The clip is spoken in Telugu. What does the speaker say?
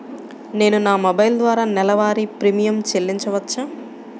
నేను నా మొబైల్ ద్వారా నెలవారీ ప్రీమియం చెల్లించవచ్చా?